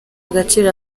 agaciro